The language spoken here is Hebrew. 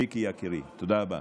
מיקי יקירי, תודה רבה.